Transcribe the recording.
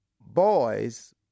Boys